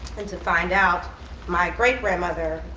and to find out my great-grandmother,